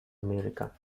america